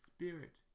Spirit